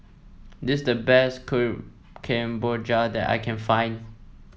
this is the best Kuih Kemboja that I can find